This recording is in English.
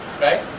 right